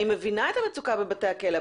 אני מבינה את המצוקה בבתי הכלא,